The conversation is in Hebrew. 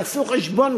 תעשו חשבון,